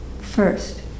first